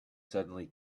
suddenly